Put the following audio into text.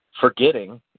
forgetting